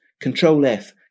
Control-F